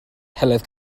heledd